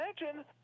imagine